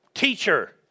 Teacher